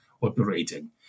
operating